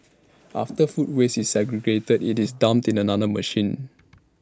after food waste is segregated IT is dumped in another machine